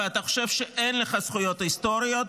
ואתה חושב שאין לך זכויות היסטוריות,